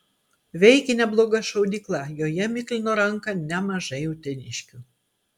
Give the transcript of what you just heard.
veikė nebloga šaudykla joje miklino ranką nemažai uteniškių